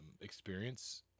experience